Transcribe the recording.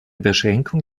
beschränkung